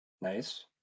Nice